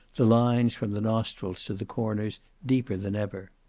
the lines from the nostrils to the corners deeper than ever.